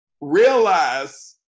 realize